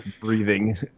breathing